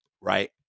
right